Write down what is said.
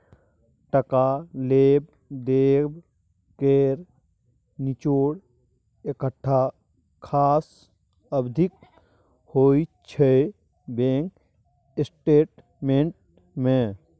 टका लेब देब केर निचोड़ एकटा खास अबधीक होइ छै बैंक स्टेटमेंट मे